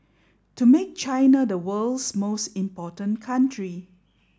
to make China the world's most important country